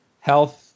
health